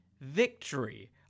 Victory